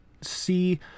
see